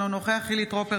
אינו נוכח חילי טרופר,